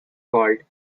called